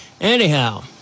Anyhow